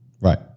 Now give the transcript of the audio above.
Right